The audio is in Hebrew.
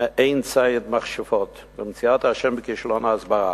מעין ציד מכשפות למציאת האשם בכישלון ההסברה.